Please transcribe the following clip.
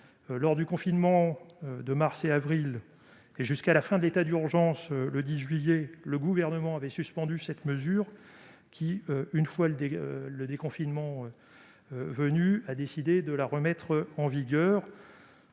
Lors du confinement de mars et avril, et jusqu'à la fin de l'état d'urgence, le 10 juillet, le Gouvernement avait suspendu cette mesure, mais il a décidé de la remettre en vigueur